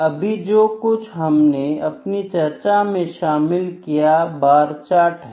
अभी जो कुछ हमने अपनी चर्चा में शामिल किया बार चार्ट है